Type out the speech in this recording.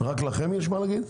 רק לכם יש מה להגיד?